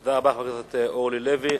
תודה רבה, חברת הכנסת אורלי לוי.